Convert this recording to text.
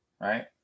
right